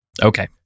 okay